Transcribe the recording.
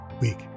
week